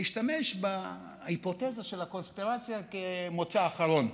תשתמש בהיפותזה של הקונספירציה כמוצא אחרון.